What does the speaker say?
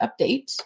update